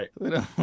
Right